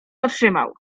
otrzymał